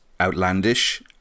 outlandish